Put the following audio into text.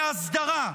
בהסדרה.